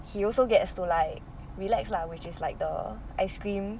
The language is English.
he also gets to like relax lah which is like the ice cream